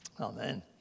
Amen